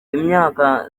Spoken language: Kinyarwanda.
imyaka